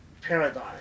paradigm